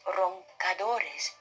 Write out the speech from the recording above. roncadores